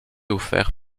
offert